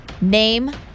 Name